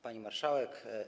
Pani Marszałek!